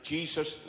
Jesus